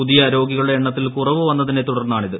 പുതിയ ്രോഗികളുടെ എണ്ണത്തിൽ കുറവ് പന്നതിനെ തുടർന്നാണിത്